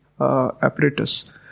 apparatus